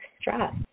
stress